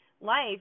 life